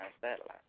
satellite